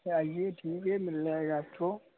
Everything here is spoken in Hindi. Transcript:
आइए ठीक है मिल जाएगा आपको